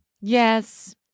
Yes